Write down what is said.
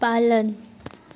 पालन